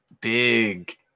big